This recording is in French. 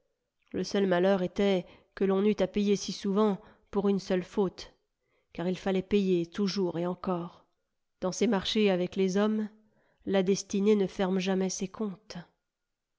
le seul malheur était que l'on eût à payer si souvent pour une seule faute car il fallait payer toujours et encore dans ses marchés avec les hommes la destinée ne ferme jamais ses comptes